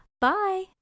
Bye